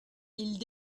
ils